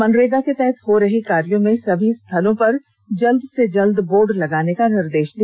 मनरेगा के तहत हो रहे कार्यों में सभी स्थलों पर जल्द से जल्द बोर्ड लगाने का निर्देश दिया